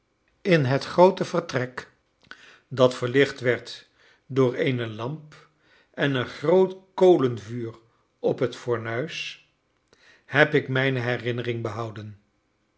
in het groote vertrek dat verlicht werd door eene lamp en een groot kolenvuur op een fornuis heb ik mijne herinnering behouden